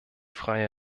freie